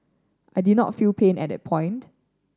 I did not feel pain at that point